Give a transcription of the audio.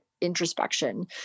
introspection